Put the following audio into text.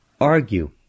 argue